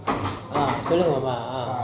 சொல்லுங்க மாமா:solunga mama